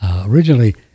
originally